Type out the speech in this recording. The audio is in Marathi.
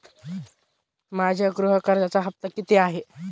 माझ्या गृह कर्जाचा हफ्ता किती आहे?